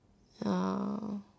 now